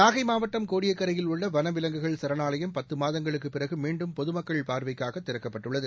நாகைமாவட்டம் கோடியக்கரையில் உள்ளவனவிலங்குகள் சரணாலயம் பத்துமாதங்களுக்குப் பிறகுமீண்டும் பொதுமக்கள் பார்வைக்காகதிறக்கப்பட்டுள்ளது